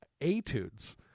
etudes